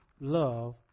love